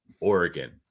Oregon